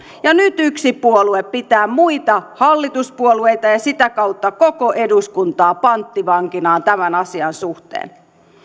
ja nyt yksi puolue pitää muita hallituspuolueita ja sitä kautta koko eduskuntaa panttivankinaan tämän asian suhteen